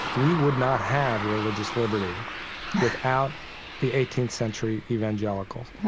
we would not have religious liberty without the eighteenth century evangelicals.